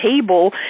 table